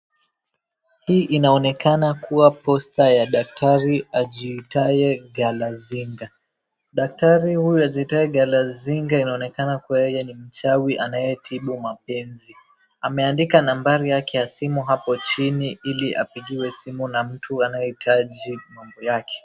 Hii inaonekana kuwa posta ya daktari ajiitaye Galazinga daktari huyu ajiitaye Galazinga inaonekana kuwa yeye ni mchawi anayetibu mapenzi ameandika nambari yake ya simu hapo chini ili apigiwe simu na mtu anayehitaji mambo yake.